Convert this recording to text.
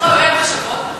יש לך באמת מחשבות,